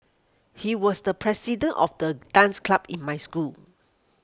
he was the president of the dance club in my school